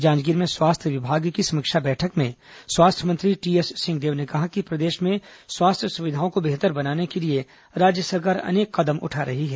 जांजगीर में स्वास्थ्य विभाग की समीक्षा बैठक में स्वास्थ्य मंत्री टीएस सिंहदेव ने कहा कि प्रदेश में स्वास्थ्य सुविधाओं को बेहतर बनाने के लिए राज्य सरकार अनेक कदम उठा रही है